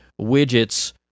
widgets